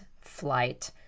Flight